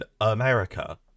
America